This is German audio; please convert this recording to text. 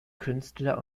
künstler